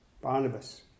Barnabas